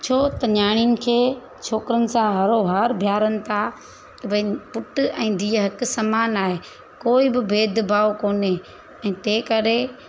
छो त नियाणियुनि खे छोकिरीनि सां हरो हार बीहारनि था भई पुट ऐं धीअ हिकु समानु आहे कोई बि भेदभाव कोने ऐं तंहिं करे